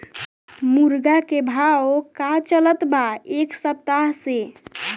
मुर्गा के भाव का चलत बा एक सप्ताह से?